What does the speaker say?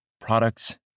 products